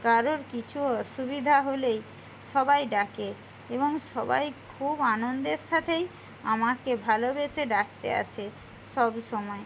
কারোর কিছু অসুবিধা হলেই সবাই ডাকে এবং সবাই খুব আনন্দের সাথেই আমাকে ভালোবেসে ডাকতে আসে সবসময়